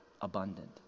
abundant